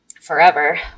forever